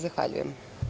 Zahvaljujem.